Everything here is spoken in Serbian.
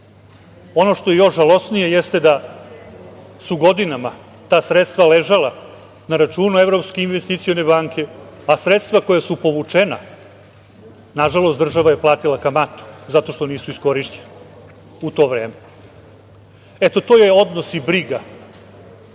što je još žalosnije jeste da su godinama ta sredstva ležala na računu Evropske investicione banke, a sredstva koja su povučena, nažalost, država je platila kamatu zato što nisu iskorišćena u to vreme. Eto, to je odnos i briga